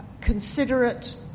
considerate